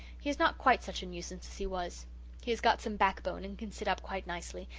he is not quite such a nuisance as he was he has got some backbone and can sit up quite nicely,